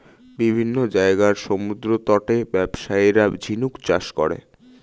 বিভিন্ন জায়গার সমুদ্রতটে ব্যবসায়ীরা ঝিনুক চাষ করে